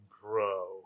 Bro